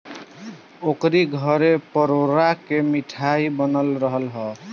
ओकरी घरे परोरा के मिठाई बनल रहल हअ